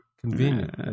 Convenient